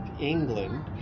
England